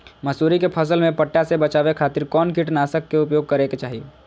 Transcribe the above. मसूरी के फसल में पट्टा से बचावे खातिर कौन कीटनाशक के उपयोग करे के चाही?